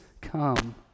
come